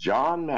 John